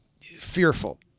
fearful